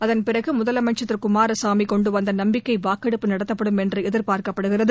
அதன் பிறகு முதலமைச்சர் திரு குமாரசாமி கொண்டுவந்த நம்பிக்கை வாக்கெடுப்பு நடத்தப்படும் என்று எதிர்பார்க்கப்படுகிறது